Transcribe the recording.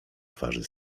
twarzy